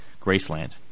Graceland